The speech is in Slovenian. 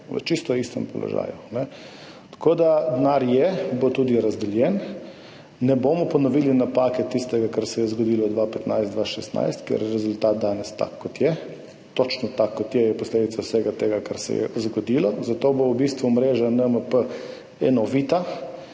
V čisto istem položaju. Tako da denar je, bo tudi razdeljen. Ne bomo ponovili napake, tistega, kar se je zgodilo 2015, 2016, ker je rezultat danes tak, kot je, točno tak, kot je, je posledica vsega tega, kar se je zgodilo, zato bo v bistvu mreža NMP enovita.